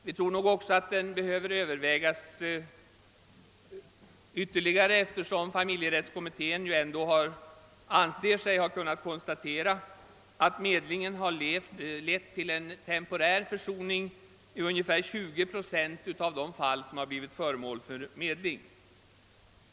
Vi tror också att frågan behöver över vägas ytterligare eftersom familjerättskommittén ändå ansett sig kunna konstatera att medlingen har lett till en temporär försoning i ungefär 20 procent av de fall som blivit föremål för medling.